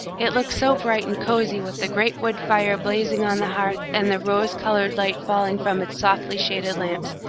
it looked so bright and cosy with the great wood fire blazing on the hearth and the rose-coloured light falling from its softly shaded lamps,